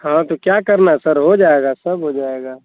हाँ तो क्या करना सर हो जायेगा सब हो जायेगा